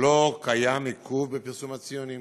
לא קיים עיכוב בפרסום הציונים.